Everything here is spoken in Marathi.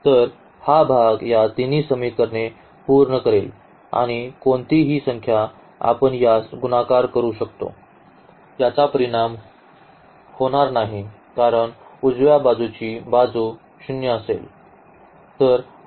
तर हा भाग या तिन्ही समीकरणे पूर्ण करेल आणि कोणतीही संख्या आपण यास गुणाकार करू शकतो याचा परिणाम होणार नाही कारण उजव्या बाजूची बाजू 0 आहे